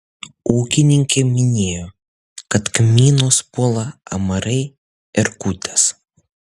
ūkininkė minėjo kad kmynus puola amarai erkutės